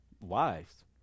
wives